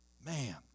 Man